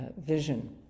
vision